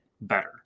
better